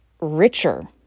richer